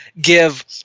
give